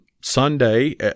Sunday